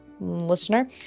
listener